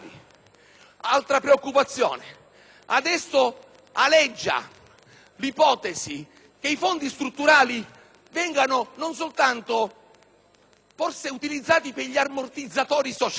altra preoccupazione. Adesso aleggia l'ipotesi che i fondi strutturali vengano utilizzati non soltanto per gli ammortizzatori sociali,